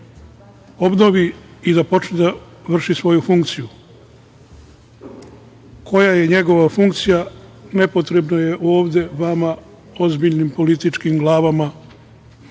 obnovi i da počne da vrši svoju funkciju. Koja je njegova funkcija nepotrebno je ovde vama, ozbiljnim političkim glavama